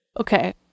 Okay